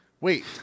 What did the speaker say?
Wait